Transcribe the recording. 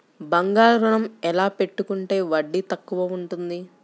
బంగారు ఋణం ఎలా పెట్టుకుంటే వడ్డీ తక్కువ ఉంటుంది?